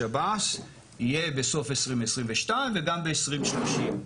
בשב"ס יהיה בסוף 2022 וגם ב-2030.